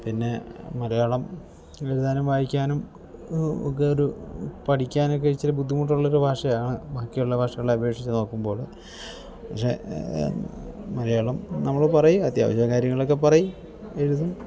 പിന്നെ മലയാളം എഴുതാനും വായിക്കാനും ഒക്കെ ഒരു പഠിക്കാനുമൊക്കെ ഇച്ചിരി ബുദ്ധിമുട്ടുള്ള ഒരു ഭാഷയാണ് ബാക്കിയുള്ള ഭാഷകളെ അപേക്ഷിച്ച് നോക്കുമ്പോൾ പക്ഷെ മലയാളം നമ്മള് പറയും അത്യാവശ്യം കാര്യങ്ങൾ ഒക്കെ പറയും എഴുതും